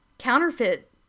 Counterfeit